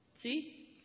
See